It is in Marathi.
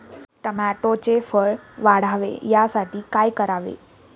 टोमॅटोचे फळ वाढावे यासाठी काय करावे?